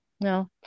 No